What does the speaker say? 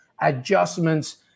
adjustments